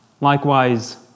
Likewise